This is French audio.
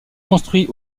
construit